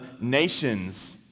nations